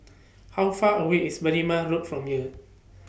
How Far away IS Berrima Road from here